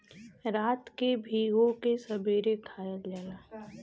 रात के भिगो के सबेरे खायल जाला